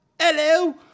Hello